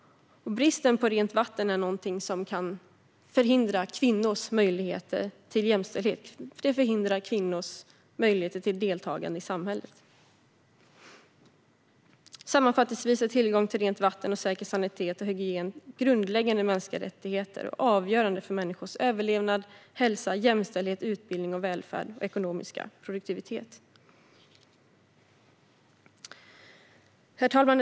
Bristen på rent vatten kan förhindra kvinnors möjligheter till jämställdhet - den förhindrar kvinnors möjligheter till deltagande i samhället. Sammanfattningsvis är tillgång till rent vatten, säker sanitet och hygien grundläggande mänskliga rättigheter och avgörande för människors överlevnad, hälsa, jämställdhet, utbildning, välfärd och ekonomiska produktivitet. Herr talman!